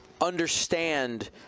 Understand